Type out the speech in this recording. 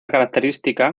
característica